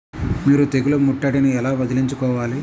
మీరు తెగులు ముట్టడిని ఎలా వదిలించుకోవాలి?